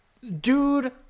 Dude